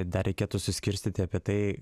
dar reikėtų suskirstyti apie tai